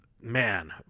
man